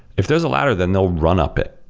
if there is a ladder, then they'll run-up it.